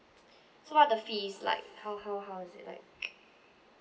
so what are the fees like how how how is it like